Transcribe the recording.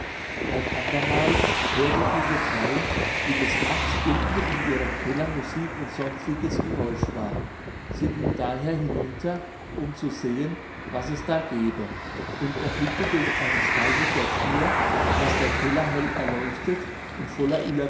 ein andermal hörte diese frau wie des nachts unten in ihrem keller musik und sonstiges geräusch war sie ging daher hinunter um zu sehen was es da gebe und erblickte durch eine spalte der thür daß der keller hell erleuchtet und voller